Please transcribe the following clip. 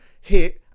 hit